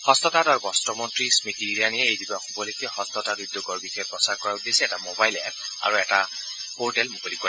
হস্ততাঁত আৰু বস্ত্ৰ মন্ত্ৰী স্মৃতি ইৰাণীয়ে এই দিৱস উপলক্ষে হস্ত তাঁত উদ্যোগৰ বিষয়ে প্ৰচাৰ কৰাৰ উদ্দেশ্যে এটা মোবাইল এপ আৰু এটা পোৰ্টেল মুকলি কৰে